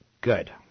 Good